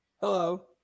hello